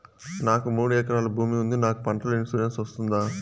నాకు మూడు ఎకరాలు భూమి ఉంది నాకు పంటల ఇన్సూరెన్సు వస్తుందా?